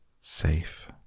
safe